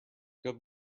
good